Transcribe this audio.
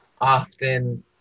often